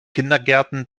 kindergärten